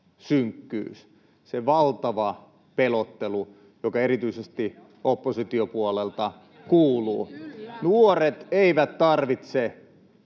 se valtava pelottelu, joka erityisesti oppositiopuolelta kuuluu. Nuoret eivät tarvitse